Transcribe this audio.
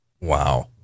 Wow